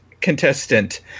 contestant